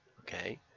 okay